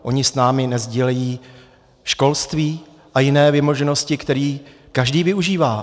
Oni s námi nesdílejí školství a jiné vymoženosti, které každý využívá?